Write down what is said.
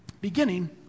beginning